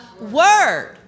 Word